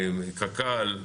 קרן קיימת לישראל,